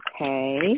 Okay